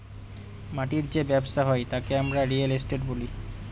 মাটির যে ব্যবসা হয় তাকে আমরা রিয়েল এস্টেট বলি